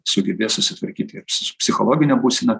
sugebės susitvarkyti psichologine būsena